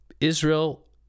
Israel